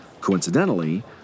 Coincidentally